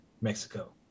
Mexico